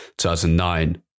2009